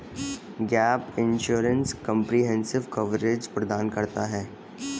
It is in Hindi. गैप इंश्योरेंस कंप्रिहेंसिव कवरेज प्रदान करता है